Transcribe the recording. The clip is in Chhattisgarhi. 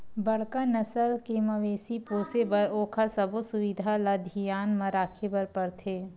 बड़का नसल के मवेशी पोसे बर ओखर सबो सुबिधा ल धियान म राखे बर परथे